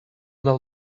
del